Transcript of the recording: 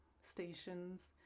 stations